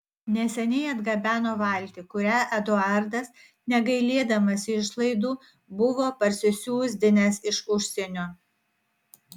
neseniai atgabeno valtį kurią eduardas negailėdamas išlaidų buvo parsisiųsdinęs iš užsienio